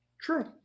True